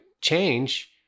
change